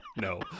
no